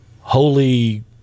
holy